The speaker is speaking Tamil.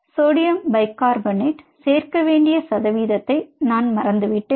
சோடியம் பைகார்பனேட் சேர்க்க வேண்டிய சதவீதத்தை நான் மறந்துவிட்டேன்